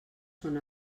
són